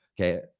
okay